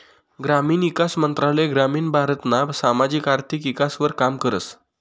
ग्रामीण ईकास मंत्रालय ग्रामीण भारतना सामाजिक आर्थिक ईकासवर काम करस